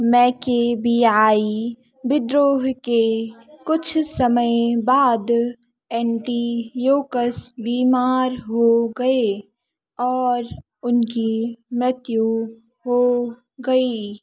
मैकेबियाई विद्रोह के कुछ समय बाद एन्टियोकस बीमार हो गए और उनकी मृत्यु हो गई